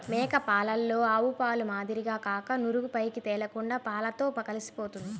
మేక పాలలో ఆవుపాల మాదిరిగా కాక నురుగు పైకి తేలకుండా పాలతో కలిసిపోతుంది